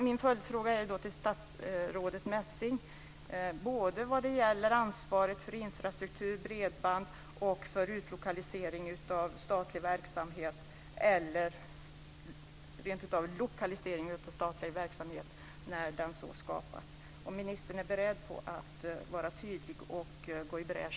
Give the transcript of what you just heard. Min följdfråga till statsrådet Messing blir då: Är ministern beredd att vara tydlig och gå i bräschen vad gäller ansvaret för infrastruktur, bredband och utlokalisering av statlig verksamhet eller rent av lokalisering av statlig verksamhet när den skapas?